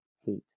heat